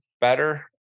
better